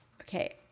Okay